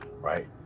right